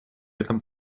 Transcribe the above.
этом